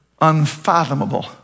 unfathomable